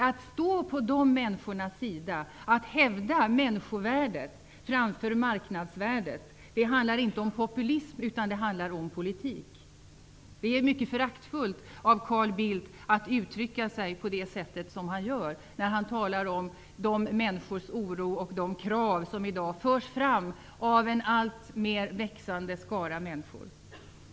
Att stå på de människornas sida, att hävda människovärdet framför marknadsvärdet handlar inte om populism, det handlar om politik. Det är mycket föraktfullt att uttrycka sig på det sätt som Carl Bildt gör när han talar om dessa människors oro och de krav som i dag förs fram av en alltmer växande skara människor.